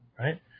Right